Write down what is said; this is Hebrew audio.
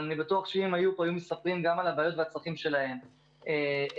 ואני מסכים עם מה שזאב אמר,